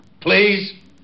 Please